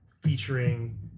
featuring